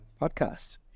podcast